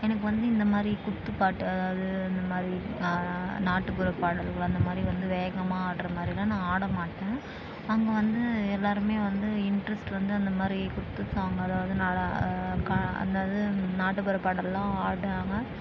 எனக்கு வந்து இந்த மாதிரி குத்து பாட்டு அதாவது இந்த மாதிரி நாட்டுப்புற பாடல்கள் அந்த மாதிரி வந்து வேகமாக ஆடுற மாதிரிலாம் நான் ஆட மாட்டேன் அங்கே வந்து எல்லாேருமே வந்து இன்ட்ரெஸ்ட் வந்து அந்த மாதிரி குத்து சாங் அதாவது நாடா கா அந்த இது நாட்டுப்புற பாடலெலாம் ஆடுறாங்க